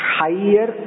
higher